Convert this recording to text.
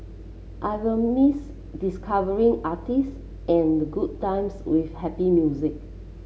I will miss discovering artist and the good times with happy music